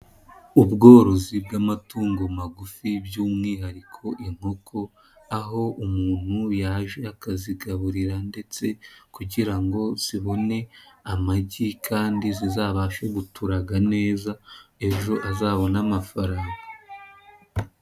Ubworozi bw'amatungo magufi by'umwihariko inkoko, aho umuntu yaje akazigaburira ndetse kugira ngo zibone amagi kandi zizabashe guturaga neza, ejo azabone amafaranga.